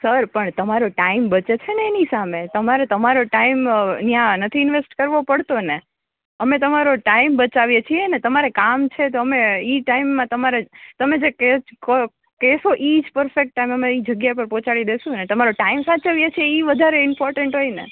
sir પણ તમારો time બચેછેને એની સામે તમારે તમારો ટાઈમ ઇયાં નથી ઇન્વેસ્ટ કરવો પળતોને અમે તમારો ટાઈમ બચાવીએ છીએને તમારે કામ છે તો અમે ઇ ટાઈમમાં તમારે તમે જે કેશો ઈજ પરફેક્ટ ટાઈમ અમે ઇ જગ્યા પર પોચાળિ દેશુંને તમારો ટાઈમ સાચવીએ છીએ ઇ વધારે ઇમ્પોરટેન્ટ હોયને